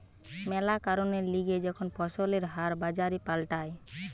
ম্যালা কারণের লিগে যখন ফসলের হার বাজারে পাল্টায়